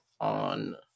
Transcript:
on